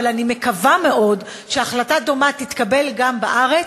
אבל אני מקווה מאוד שהחלטה דומה תתקבל גם בארץ.